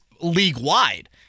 league-wide